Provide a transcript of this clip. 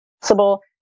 possible